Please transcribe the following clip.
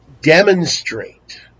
demonstrate